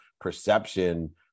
perception